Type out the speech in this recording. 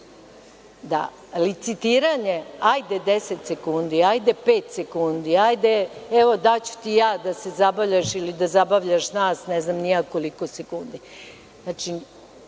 toga. Licitiranje – hajde deset sekundi, hajde pet sekundi, hajde, evo, daću ti ja da se zabavljaš ili da zabavljaš nas, ne znam ni ja koliko sekundi. Znači,